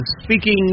speaking